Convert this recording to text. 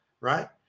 right